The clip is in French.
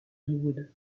hollywood